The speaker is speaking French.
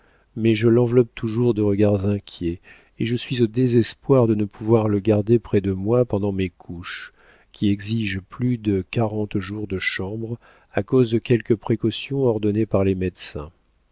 mais je l'enveloppe toujours de regards inquiets et je suis au désespoir de ne pouvoir le garder près de moi pendant mes couches qui exigent plus de quarante jours de chambre à cause de quelques précautions ordonnées par les médecins